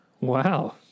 Wow